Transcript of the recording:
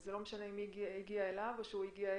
וזה לא משנה אם היא הגיעה אליו או שהוא הגיע אליה.